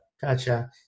Gotcha